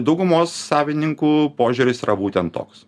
daugumos savininkų požiūris yra būtent toks